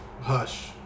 hush